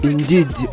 Indeed